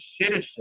citizen